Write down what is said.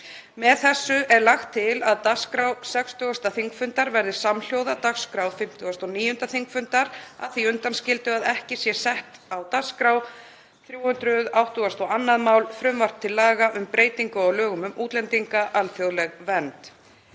Með þessu er lagt til að dagskrá 60. þingfundar verði samhljóða dagskrá 59. þingfundar, að því undanskildu að ekki er sett á dagskrá 382. mál, frumvarp til laga um breytingu á lögum um útlendinga, nr.